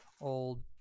old